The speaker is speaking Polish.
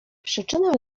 przyczyna